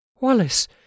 Wallace